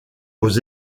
aux